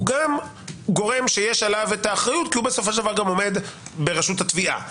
גם גורם שיש עליו אחריות כי הוא עומד בראשות התביעה.